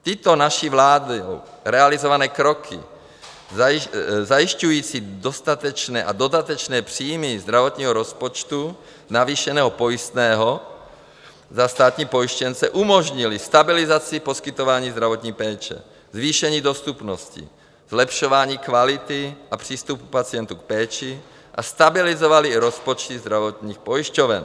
Tyto naší vládou realizované kroky zajišťující dostatečné a dodatečné příjmy zdravotního rozpočtu z navýšeného pojistného za státní pojištěnce umožnily stabilizaci poskytování zdravotní péče, zvýšení dostupnosti, zlepšování kvality a přístupu pacientů k péči a stabilizovaly i rozpočty zdravotních pojišťoven.